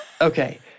Okay